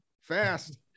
fast